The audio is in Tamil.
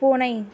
பூனை